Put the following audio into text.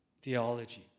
theology